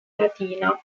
latina